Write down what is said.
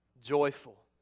Joyful